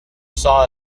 saw